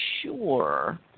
sure